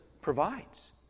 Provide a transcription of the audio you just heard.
provides